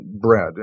bread